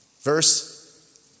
Verse